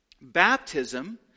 Baptism